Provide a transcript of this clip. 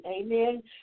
Amen